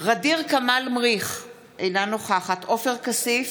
ע'דיר כמאל מריח, אינה נוכחת עופר כסיף,